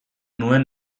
nuen